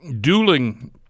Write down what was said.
dueling